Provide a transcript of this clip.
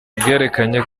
bwerekanye